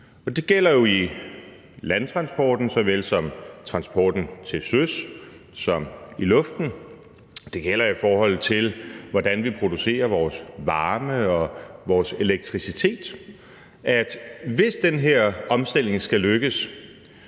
det gælder jo i landtransporten såvel som i transporten til søs og i luften. Det gælder, i forhold til hvordan vi producerer vores varme og vores elektricitet, at det, hvis den her omstilling skal lykkes,